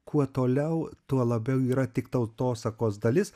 kuo toliau tuo labiau yra tik tautosakos dalis